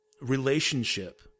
relationship